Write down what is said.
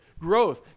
growth